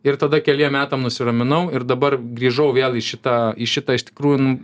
ir tada keliem metam nusiraminau ir dabar grįžau vėl į šitą į šitą iš tikrųjų nu